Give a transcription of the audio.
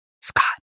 Scott